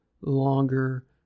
longer